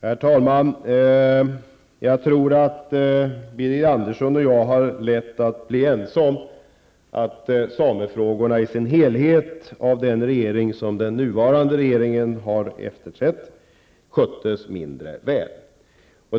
Herr talman! Jag tror att Birger Andersson och jag har lätt att bli ense om att samefrågorna i sin helhet sköttes mindre väl av den regering som den nuvarande regeringen har efterträtt.